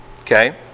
Okay